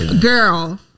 girl